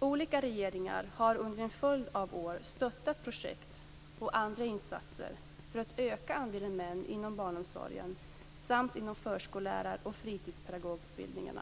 Olika regeringar har under en följd av år stöttat projekt och andra insatser för att öka andelen män inom barnomsorgen samt inom förskollärar och fritidspedagogutbildningarna.